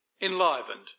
enlivened